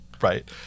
Right